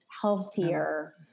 healthier